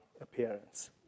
appearance